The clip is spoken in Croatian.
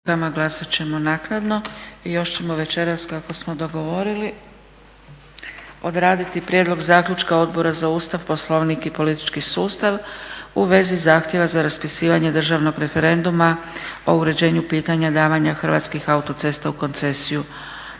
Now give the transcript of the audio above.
Dragica (SDP)** I još ćemo večeras kako smo dogovorili odraditi: - Prijedlog zaključka Odbora za Ustav, Poslovnik i politički sustav u vezi zahtjeva za raspisivanje Državnog referenduma o uređenju pitanja davanja Hrvatskih autocesta u koncesiju